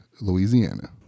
Louisiana